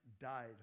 died